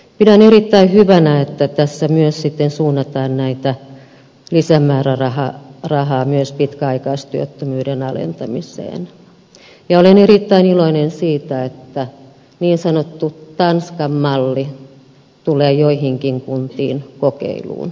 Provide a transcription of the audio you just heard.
pidän erittäin hyvänä että tässä suunnataan lisämäärärahaa myös pitkäaikaistyöttömyyden alentamiseen ja olen erittäin iloinen siitä että niin sanottu tanskan malli tulee joihinkin kuntiin kokeiluun